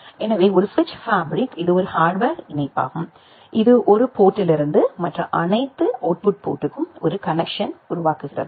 எனவே ஒரு சுவிட்ச் ஃபேப்ரிக் இது ஒரு ஹார்ட்வேர் இணைப்பாகும் இது ஒரு போர்டில் இருந்து மற்ற அனைத்து அவுட்புட் போர்ட்டுக்கும் ஒரு கனெக்சன் உருவாக்குகிறது